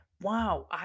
Wow